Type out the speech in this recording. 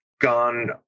gone